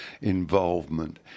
involvement